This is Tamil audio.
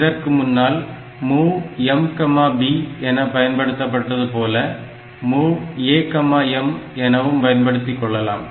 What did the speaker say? இதற்கு முன்னால் MOV MB என பயன்படுத்தப்பட்டது போல MOV A M எனவும் பயன்படுத்திக் கொள்ளலாம்